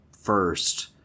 first